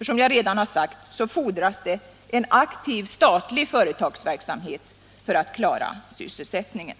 Som jag redan sagt fordras det ju en aktiv statlig företagsverksamhet för att klara sysselsättningen.